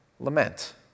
Lament